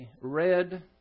red